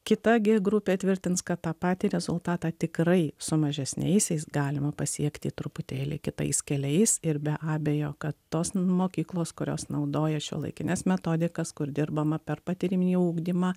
kita gi grupė tvirtins kad tą patį rezultatą tikrai su mažesniaisiais galima pasiekti truputėlį kitais keliais ir be abejo kad tos mokyklos kurios naudoja šiuolaikines metodikas kur dirbama per patyriminį ugdymą